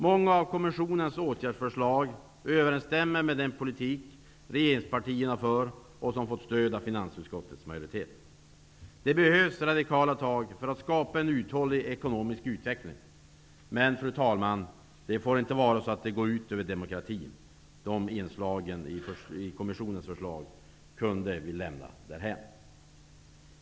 Många av kommissionens åtgärdsförslag överensstämmer med den politik som regeringspartierna för och som har fått stöd av finansutskottets majoritet. Det behövs radikala tag för att skapa en uthållig ekonomisk utveckling. Men, fru talman, den får inte gå ut över demokratin. Sådana inslag i kommissionens förslag kunde lämnas därhän.